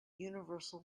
universal